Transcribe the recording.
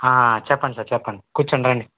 చెప్పండి సార్ చెప్పండి కూర్చోండి రండి